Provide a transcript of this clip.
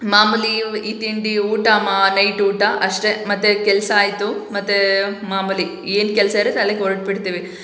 ಮಾಮೂಲಿ ಈ ತಿಂಡಿ ಊಟ ಮಾ ನೈಟ್ ಊಟ ಅಷ್ಟೇ ಮತ್ತು ಕೆಲಸ ಆಯಿತು ಮತ್ತು ಮಾಮೂಲಿ ಏನು ಕೆಲಸ ಇರುತ್ತೆ ಅಲ್ಲಿಗೆ ಹೊರ್ಟ್ಬಿಡ್ತೀವಿ